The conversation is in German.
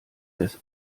des